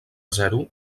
zero